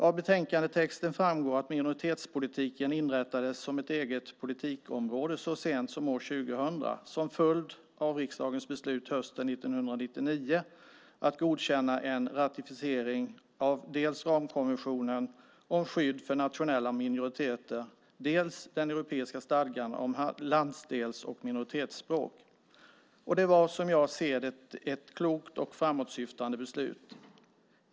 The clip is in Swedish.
Av betänkandetexten framgår att minoritetspolitiken inrättades som ett eget politikområde så sent som år 2000, som följd av riksdagens beslut hösten 1999 att godkänna en ratificering av dels ramkonventionen om skydd för nationella minoriteter, dels den europeiska stadgan om landsdels och minoritetsspråk. Det var, som jag ser det, ett klokt och framåtsyftande beslut.